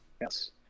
Yes